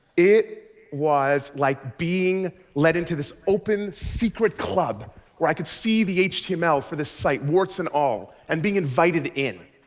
it was like being let into this open secret club where i could see the html for the site, warts and all, and being invited in.